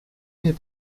mes